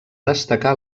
destacar